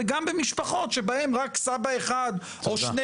וגם במשפחות שבהן סבא אחד או שני